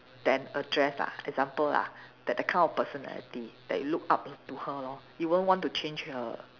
than a dress lah example lah that that kind of personality that you look up to her lor you won't want to change her